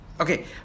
Okay